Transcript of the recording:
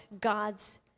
God's